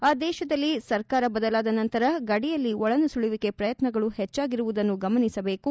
ಆ ದೇಶದಲ್ಲಿ ಸರ್ಕಾರ ಬದಲಾದ ನಂತರ ಗಡಿಯಲ್ಲಿ ಒಳನುಸುಳುವಿಕೆ ಪ್ರಯತ್ನಗಳು ಹೆಚ್ಚಾಗಿರುವುದನ್ನು ಗಮನಿಸಬೇಕು